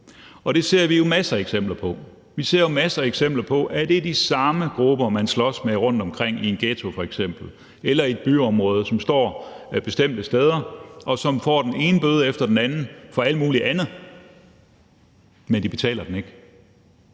Det ser vi jo masser af eksempler på. Vi ser masser af eksempler på, at det er de samme grupper, man slås med rundtomkring, f.eks. i en ghetto eller i et byområde, og som står bestemte steder, og som får den ene bøde efter den anden for alt muligt andet, men ikke betaler den.